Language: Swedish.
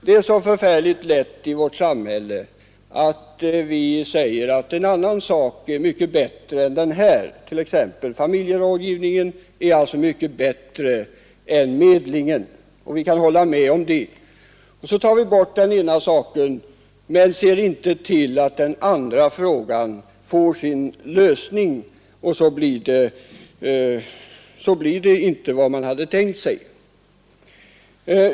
Det annan sak är mycket bättre, t.ex. att familjerådgivningen skulle vara rfärligt lätt i vårt samhälle att säga att en mycket bättre än medlingen. Vi kan hålla med om detta, men tar vi bort den ena saken utan att se till att den andra frågan får sin lösning, blir resultatet inte vad man hade tänkt sig.